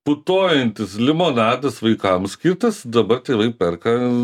putojantis limonadas vaikams skirtas dabar tėvai perka